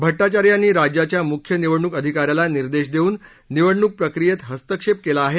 भट्टाचार्य यांनी राज्याच्या मुख्य निवडणूक अधिकाऱ्याला निर्देश देऊन निवडणूक प्रक्रियेत हस्तक्षेप केला आहे